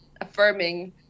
affirming